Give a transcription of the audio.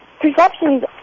perceptions